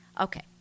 Okay